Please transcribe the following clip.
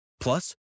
Plus